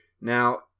Now